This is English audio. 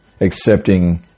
accepting